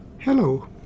Hello